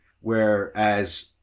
whereas